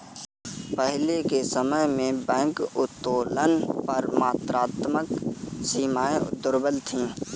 पहले के समय में बैंक उत्तोलन पर मात्रात्मक सीमाएं दुर्लभ थीं